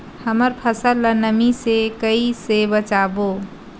हमर फसल ल नमी से क ई से बचाबो?